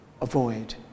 avoid